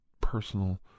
personal